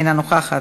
אינה נוכחת,